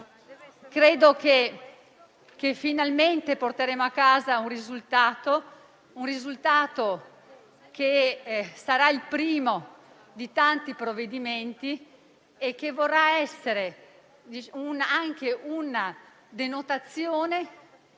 che finalmente porteremo a casa un risultato con questo che sarà il primo di tanti provvedimenti. E vorrà essere anche una denotazione